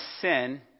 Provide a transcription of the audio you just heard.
sin